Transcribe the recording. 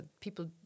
people